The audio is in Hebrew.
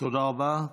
תודה רבה.